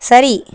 சரி